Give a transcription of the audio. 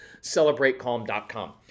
celebratecalm.com